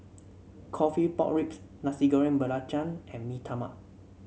coffee Pork Ribs Nasi Goreng Belacan and Mee Tai Mak